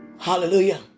Hallelujah